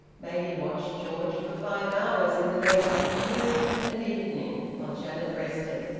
maggie watched george for five hours in the late afternoon and evening, while janet rested.